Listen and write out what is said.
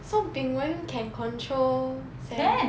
so bing wen can control sam